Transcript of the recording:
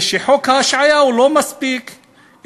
חוק ההשעיה לא מספיק,